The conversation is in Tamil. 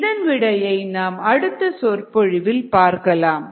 இதன் விடையை நாம் அடுத்த சொற்பொழிவில் பார்க்கலாம்